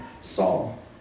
Saul